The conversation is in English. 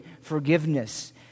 forgiveness